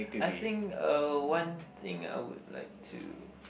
I think uh one thing I would like to